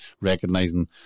recognizing